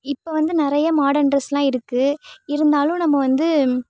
இப்போ வந்து நிறைய மாடர்ன் ட்ரெஸ்லாம் இருக்குது இருந்தாலும் நம்ம வந்து